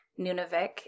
Nunavik